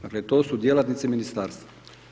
Dakle, to su djelatnici Ministarstva.